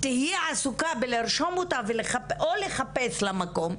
תהיי עסוקה בלרשום אותה או לחפש לה מקום?